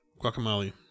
Guacamole